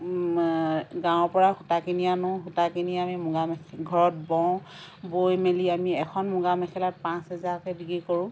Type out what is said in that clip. গাঁৱৰ পৰা সূতা কিনি আনো সূতা কিনি আমি মুগা মেখেলা ঘৰত বওঁ বৈ মেলি আমি এখন মুগা মেখেলা পাঁচ হাজাৰকৈ বিক্ৰী কৰোঁ